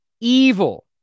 Evil